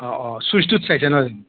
অঁ অঁ ছুইচটোত চাইছে নহয়জানো